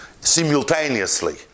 simultaneously